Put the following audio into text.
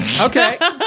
Okay